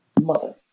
mother